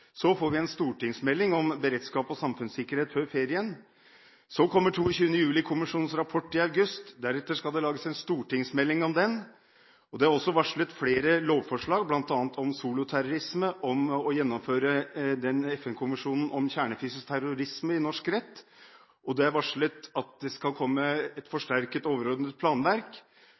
Så får vi før ferien en stortingsmelding om beredskap og samfunnssikkerhet. 22. juli-kommisjonens rapport kommer i august. Deretter skal det lages en stortingsmelding om den. Det er også varslet flere lovforslag, bl.a. om soloterrorisme, og om å gjennomføre i norsk rett FN-konvensjonen om kjernefysisk terrorisme. Det er videre varslet at det skal komme et forsterket, overordnet planverk.